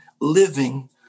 living